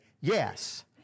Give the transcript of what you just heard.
yes